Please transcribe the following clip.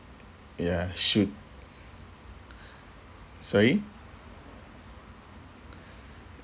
ya should sorry